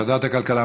ועדת הכלכלה.